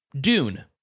Dune